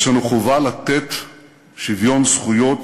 יש לנו חובה לתת שוויון זכויות